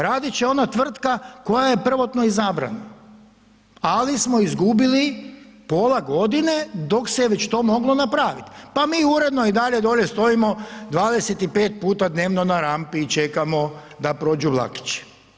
Radit će ona tvrtka koja je prvotno izabrana ali smo izgubili pola godine dok se već to moglo napraviti. pa mi uredno i dalje dolje stojimo 25 puta dnevno na rampi i čekamo da prođu vlakići.